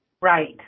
Right